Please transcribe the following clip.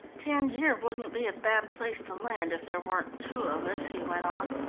tangier wouldn't be a bad place to land if there weren't two of us, he went on.